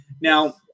Now